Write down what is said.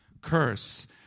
curse